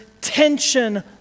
tension